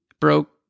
broke